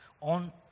on